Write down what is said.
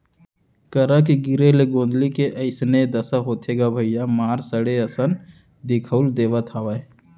करा के गिरे ले गोंदली के अइसने दसा होथे का भइया मार सड़े असन दिखउल देवत हवय